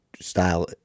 style